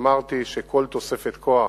אמרתי שכל תוספת כוח,